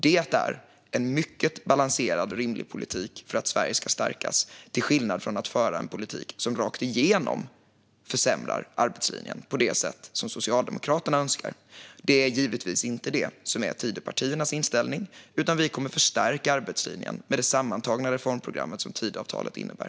Det är en mycket balanserad och rimlig politik för att Sverige ska stärkas, till skillnad från en politik som rakt igenom försämrar arbetslinjen på det sätt som Socialdemokraterna önskar. Det är givetvis inte detta som är Tidöpartiernas inställning, utan vi kommer att förstärka arbetslinjen med det sammantagna reformprogram som Tidöavtalet innebär.